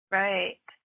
right